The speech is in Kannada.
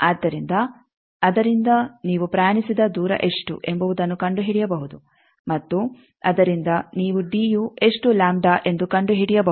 ಆದ್ದರಿಂದ ಅದರಿಂದ ನೀವು ಪ್ರಯಾಣಿಸಿದ ದೂರ ಎಷ್ಟು ಎಂಬುವುದನ್ನು ಕಂಡುಹಿಡಿಯಬಹುದು ಮತ್ತು ಅದರಿಂದ ನೀವು ಡಿಯು ಎಷ್ಟು ಲಾಂಬ್ಡಾ ಎಂದು ಕಂಡುಹಿಡಿಯಬಹುದು